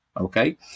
okay